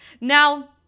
Now